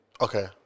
Okay